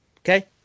okay